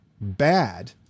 bad